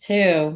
Two